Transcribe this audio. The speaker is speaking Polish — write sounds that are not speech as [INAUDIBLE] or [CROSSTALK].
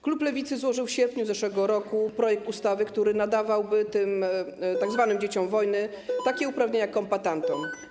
Klub Lewicy złożył w sierpniu zeszłego roku projekt ustawy, który nadawałby tym [NOISE] tzw. dzieciom wojny takie uprawnienia jak kombatantom.